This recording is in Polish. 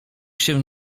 się